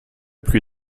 plus